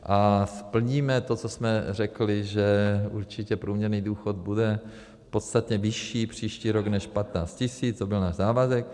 A splníme to, co jsme řekli, že určitě průměrný důchod bude podstatně vyšší příští rok než 15 tisíc, to byl náš závazek.